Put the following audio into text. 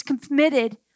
committed